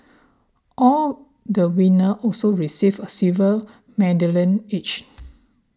all the winner also received a silver medallion each